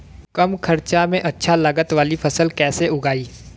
कम खर्चा में अच्छा लागत वाली फसल कैसे उगाई?